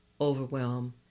overwhelm